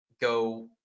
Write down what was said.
go